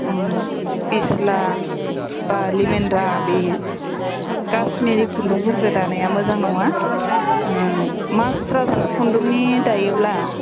फिस्ला बा रिमोनद्ला बे खासमिरि खुन्दुंफोरखौ दानाया मोजां नङा मासथ्रास खुन्दुंनि दायोब्ला